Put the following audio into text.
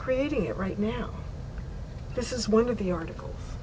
creating it right now this is one of the articles